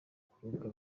kuruhuka